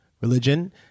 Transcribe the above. religion